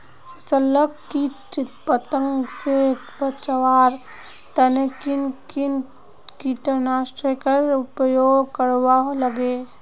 फसल लाक किट पतंग से बचवार तने किन किन कीटनाशकेर उपयोग करवार लगे?